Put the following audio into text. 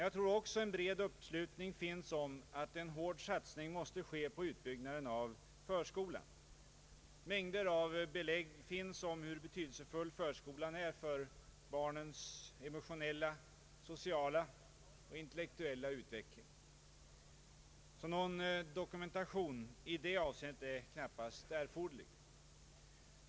Jag tror att en bred uppslutning finns om att en hård satsning också måste ske på utbyggnaden av förskolan. Mängder av belägg finns för hur betydelsefull förskolan är för barnens emotionella, sociala och intellektuella utveck ling. Någon dokumentation i detta avseende är knappast erforderlig.